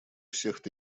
всех